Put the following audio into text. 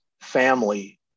family